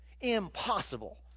impossible